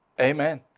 amen